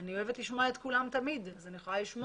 אני תמיד אוהבת לשמוע את כולם ואני יכולה לשמוע